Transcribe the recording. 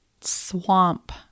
swamp